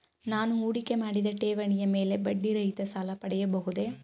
ನಾನು ಹೂಡಿಕೆ ಮಾಡಿದ ಠೇವಣಿಯ ಮೇಲೆ ಬಡ್ಡಿ ರಹಿತ ಸಾಲ ಪಡೆಯಬಹುದೇ?